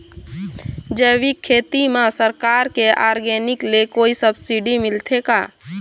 जैविक खेती म सरकार के ऑर्गेनिक ले कोई सब्सिडी मिलथे का?